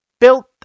built